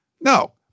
No